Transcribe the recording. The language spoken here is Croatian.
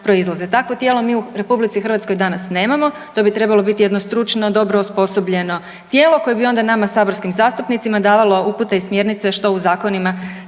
Takvo tijelo mi u RH danas nemamo, to bi trebalo biti jedno stručno dobro osposobljeno tijelo koje bi onda nama saborskim zastupnicima davalo upute i smjernice što u zakonima